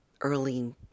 early